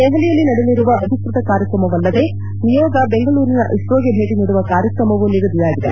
ದೆಹಲಿಯಲ್ಲಿ ನಡೆಯಲಿರುವ ಅಧಿಕೃತ ಕಾರ್ಯಕ್ರಮವಲ್ಲದೆ ನಿಯೋಗ ಬೆಂಗಳೂರಿನ ಇಸ್ರೋಗೆ ಭೇಟಿ ನೀಡುವ ಕಾರ್ಯಕ್ರಮವೂ ನಿಗದಿಯಾಗಿದೆ